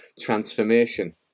transformation